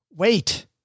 Wait